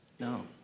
No